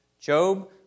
Job